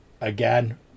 Again